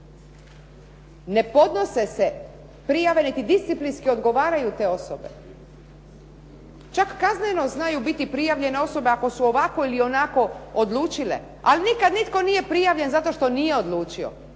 Ne podnose se prijave niti disciplinski odgovaraju te osobe. Čak kazneno znaju biti prijavljene osobe ako su ovako ili onako odlučile, ali nikada nitko nije prijavljen zato što nije odlučio.